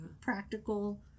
Practical